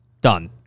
Done